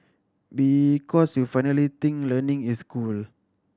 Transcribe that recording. because you finally think learning is cool